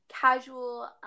casual